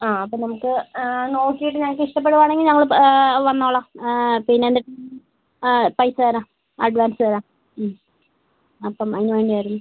ആ അപ്പോൾ നമുക്ക് നോക്കിയിട്ട് ഞങ്ങൾക്ക് ഇഷ്ടപ്പെടുവാണെങ്കിൽ ഞങ്ങൾ വന്നോളാം പിന്നെ എന്നിട്ട് പൈസ തരാം അഡ്വാൻസ് തരാം അപ്പം അതിനുവേണ്ടിയായിരുന്നു